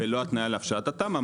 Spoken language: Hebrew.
ללא התניה להבשלת התמ"א.